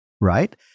Right